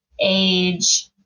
age